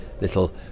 little